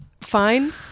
fine